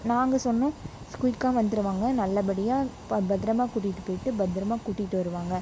நாங்கள் சொன்னோம் குயிக்காக வந்துருவாங்க நல்லபடியாக பத்திரமா கூட்டிகிட்டு போயிட்டு பத்திரமா கூட்டிகிட்டு வருவாங்க